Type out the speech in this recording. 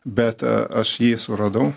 bet aš jį suradau